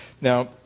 Now